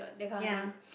ya